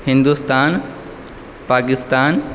Hindustan Pakistan